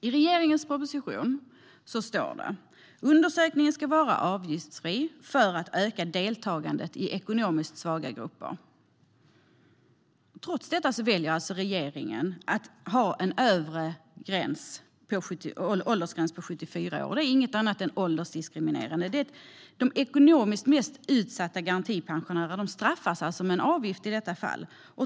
I regeringens proposition står följande: Undersökningen ska vara avgiftsfri för att öka deltagandet i ekonomiskt svaga grupper. Trots detta väljer regeringen att sätta en övre åldersgräns på 74 år. Det är inget annat än åldersdiskriminerande. De ekonomiskt mest utsatta garantipensionärerna straffas alltså med en avgift i detta fall.